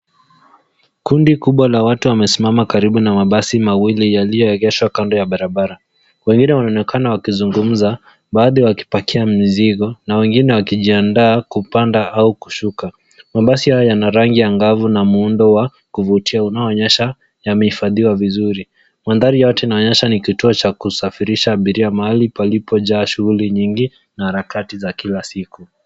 Kundi kubwa la watu wamesimama karibu na mabasi mawili yaliyoegeshwa kando ya barabara. Wengine wanaonekana wakizungumza, baadhi wakipakia mizigo na wengine wakijiandaa kupanda au kushuka. Mabasi haya yana rangi angavu na muundo wa kuvutia unaonyesha yamehifadhiwa vizuri. Mandhari haya tunaonyeshwa ni kituo cha kusafirisha abiria, mahali palipojaa shughuli nyingi na harakati za kila siku.